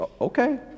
Okay